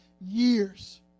years